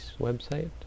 website